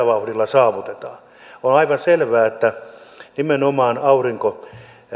vauhdilla saavutetaan on on aivan selvää että nimenomaan aurinkosähkön